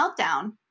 meltdown